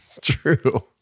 True